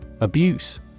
Abuse